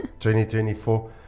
2024